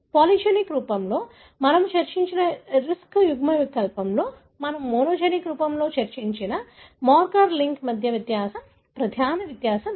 polygenic రూపంలో మనము చర్చించిన రిస్క్ యుగ్మవికల్పంతో మనము మోనోజెనిక్ రూపంలో చర్చించిన మార్కర్ లింక్ మధ్య వ్యత్యాసం ప్రధాన వ్యత్యాసం అది